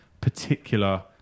particular